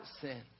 sin